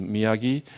Miyagi